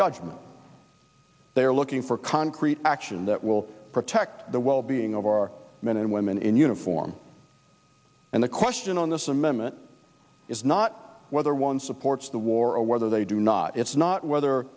judgment they are looking for concrete action that will protect the well being of our men and women in uniform and the question on this amendment is not whether one supports the war and whether they do not it's not whether